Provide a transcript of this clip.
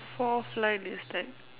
forth line is that